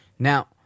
Now